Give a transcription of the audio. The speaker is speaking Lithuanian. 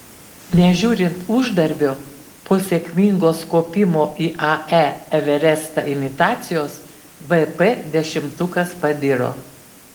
nežiūrint uždarbio po sėkmingos kopimo į ae everestą imitacijos vp dešimtukas pabiro